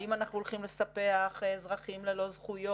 האם אנחנו הולכים לספח אזרחים ללא זכויות?